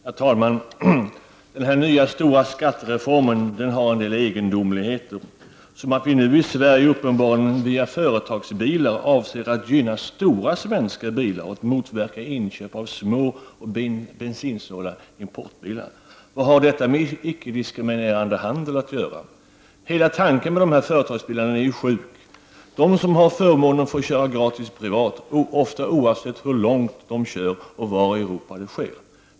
Herr talman! Den nya, stora skattereformen innehåller en del egendomligheter, såsom att vi nu i Sverige uppenbarligen via företagsbilar avser att gynna stora svenska bilar och motverka inköp av små och bensinsnåla importerade bilar. Vad har detta med icke-diskriminerande handel att göra? Hela tanken bakom dessa företagsbilar är sjuk. De som har den här förmånen får köra gratis privat, ofta oavsett hur långt de kör och var i Europa det sker.